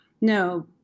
No